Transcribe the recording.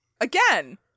Again